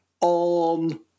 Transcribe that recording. on